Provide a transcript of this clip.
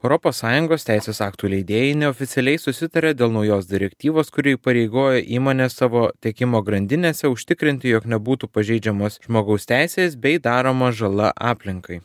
europos sąjungos teisės aktų leidėjai neoficialiai susitarė dėl naujos direktyvos kuri įpareigoja įmones savo tiekimo grandinėse užtikrinti jog nebūtų pažeidžiamos žmogaus teisės bei daroma žala aplinkai